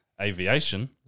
aviation